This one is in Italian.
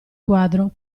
quadro